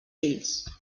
fills